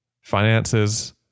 finances